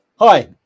Hi